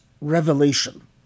revelation